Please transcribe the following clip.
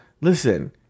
listen